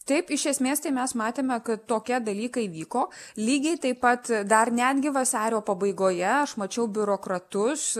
taip iš esmės tai mes matėme kad tokie dalykai vyko lygiai taip pat dar netgi vasario pabaigoje aš mačiau biurokratus